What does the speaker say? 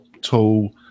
tool